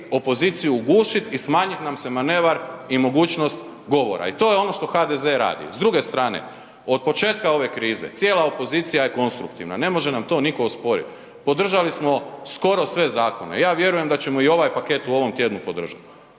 opoziciju ugušit i smanjit nam se manevar i mogućnost govora i to je ono što HDZ radi. S druge strane, od početka ove krize cijela opozicija je konstruktivna, ne može nam to niko osporit. Podržali smo skoro sve zakone, ja vjerujem da ćemo i ovaj paket u ovom tjednu podržat.